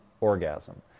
orgasm